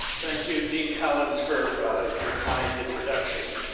thank you, dean collins, for your kind introduction.